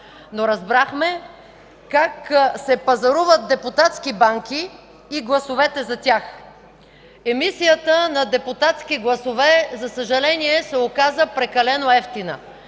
но разбрахме как се пазаруват депутатски банки и гласовете за тях. Емисията на депутатски гласове за съжаление се оказа прекалено евтина.